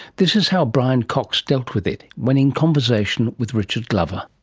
this is how brian cox dealt with it when in conversation with richard glover.